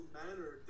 manner